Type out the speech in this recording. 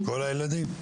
כל הילדים?